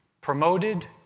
promoted